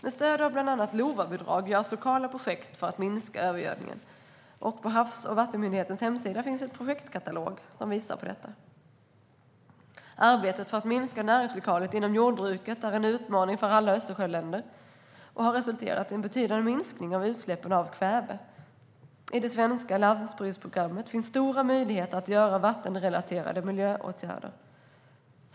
Med stöd av bland annat LOVA-bidrag görs lokala projekt för att minska övergödningen. På Havs och vattenmyndighetens hemsida finns en projektkatalog som visar på detta. Arbetet för att minska näringsläckaget inom jordbruket är en utmaning för alla Östersjöländer, och det har resulterat i en betydande minskning av utsläppen av kväve. I det svenska landsbygdsprogrammet finns stora möjligheter att vidta vattenrelaterade miljöåtgärder.